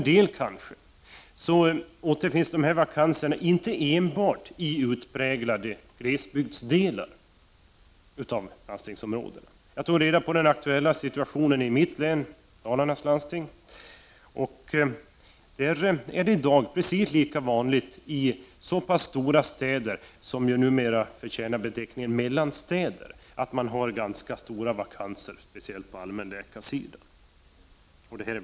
Det kanske är förvånande för en del att vakanserna inte enbart återfinns i utpräglade glesbygder i landstingsområdena. Jag tog reda på den aktuella situationen i landstinget i mitt län, i Dalarna, och där är det i dag precis lika vanligt i relativt stora städer — sådana som numera förtjänar beteckningen ”mellanstäder” — med ganska många vakanser, speciellt på allmänläkarsidan.